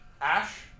Ash